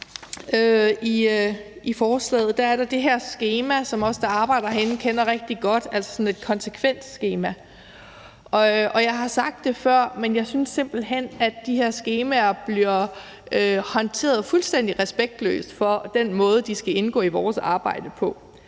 i forslaget er der det her skema, som vi, der arbejder herinde, kender rigtig godt, altså sådan et konsekvensskema. Og jeg har sagt det før, men jeg synes simpelt hen, at de her skemaer bliver håndteret fuldstændig respektløst med den måde, de skal indgå i vores arbejde,